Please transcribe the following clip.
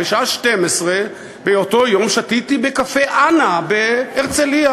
בשעה 12:00 באותו יום שתיתי בקפה אנה בהרצלייה.